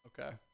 Okay